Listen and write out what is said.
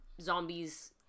zombies